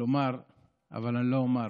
לומר אבל אני לא אומר.